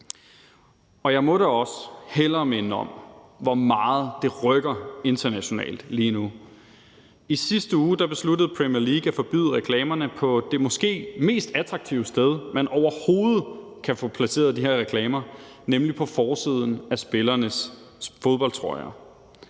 om. Jeg må da også hellere minde om, hvor meget det rykker internationalt lige nu. I sidste uge besluttede Premier League at forbyde reklamerne på det måske mest attraktive sted, man overhovedet kan få placeret de her reklamer, nemlig på forsiden af spillernes fodboldtrøjer.